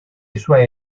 suoi